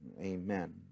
Amen